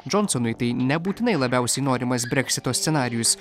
džonsonui tai nebūtinai labiausiai norimas breksito scenarijus